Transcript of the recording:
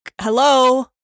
hello